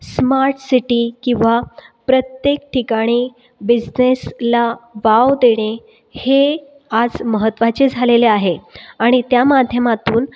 smart city किंवा प्रत्येक ठिकाणी बिझनेसला वाव देणे हे आज महत्वाचे झालेले आहे आणि त्या माध्यमातून